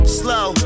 slow